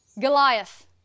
Goliath